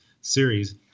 series